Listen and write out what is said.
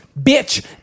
bitch